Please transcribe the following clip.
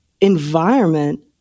environment